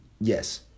Yes